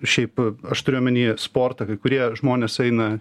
šiaip aš turiu omeny sportą kai kurie žmonės eina